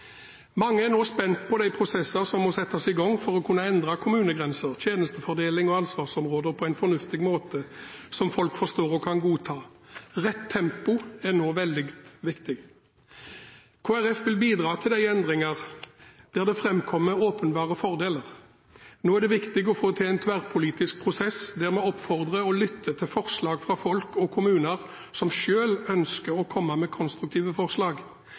Mange er nå spent på de prosesser som må settes i gang for å kunne endre kommunegrenser, tjenestefordeling og ansvarsområder på en fornuftig måte, som folk forstår og kan godta. Rett tempo er nå veldig viktig. Kristelig Folkeparti vil bidra til endringer der det framkommer åpenbare fordeler. Nå er det viktig å få til en tverrpolitisk prosess der vi oppfordrer og lytter til forslag fra folk og kommuner som selv ønsker å komme med konstruktive forslag.